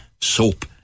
soap